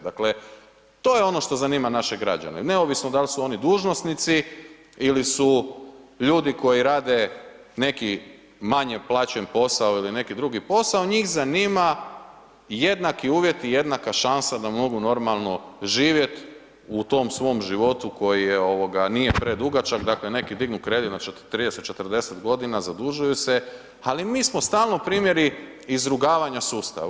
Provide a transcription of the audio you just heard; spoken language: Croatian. Dakle, to je ono što zanima naše građane, neovisno dal su oni dužnosnici ili su ljudi koji rade neki manje plaćen posao ili neki drugi posao, njih zanima jednaki uvjeti i jednaka šansa da mogu normalno živjeti u tom svom životu koji nije predugačak, dakle, neki dignu kredit od 30-40 godina, zadužuju se ali mi smo stalno primjeri izrugivanja sustava.